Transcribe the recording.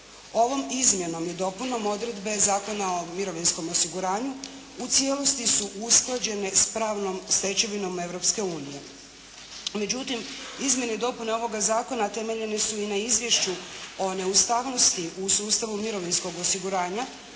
Ovom izmjenom i dopunom odredbe Zakona o mirovinskom osiguranju u cijelosti su usklađene s pravnom stečevinom Europske unije. Međutim, izmjene i dopune ovoga zakona temeljene su i na izvješću o neustavnosti u sustavu mirovinskog osiguranja